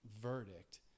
verdict